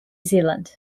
zealand